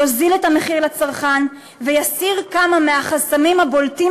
יוזיל את המחיר לצרכן ויסיר כמה מהחסמים הבולטים